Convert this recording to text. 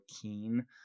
keen